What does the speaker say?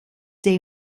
they